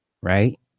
right